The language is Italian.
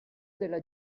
della